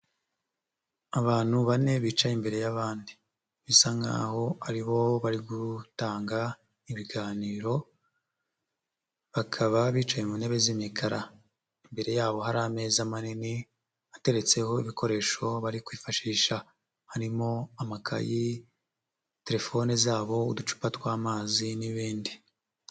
Abantu bane bicaye imbere y'abandi. Bisa nk'aho ari bo bari gutanga ibiganiro, bakaba bicaye ku ntebe z'imikara. Imbere yabo hari ameza manini ateretseho ibikoresho bari kwifashisha. Harimo amakayi, telefone zabo uducupa tw'amazi n'ibindi.